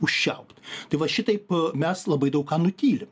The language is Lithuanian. užčiaupt tai va šitaip mes labai daug ką nutylim